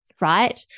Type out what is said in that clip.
right